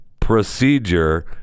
procedure